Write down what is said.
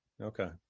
Okay